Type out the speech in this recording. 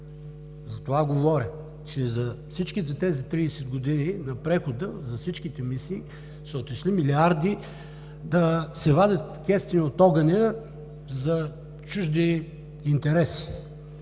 за това говоря. За всичките тези 30 години на прехода, за всичките мисии са отишли милиарди да се вадят кестени от огъня за чужди интереси.